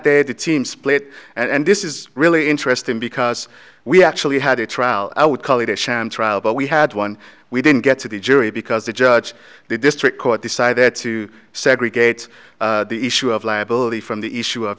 day the team split and this is really interesting because we actually had a trial i would call it a sham trial but we had won we didn't get to the jury because the judge the district court decided to segregate the issue of liability from the issue of